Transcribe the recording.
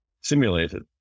simulated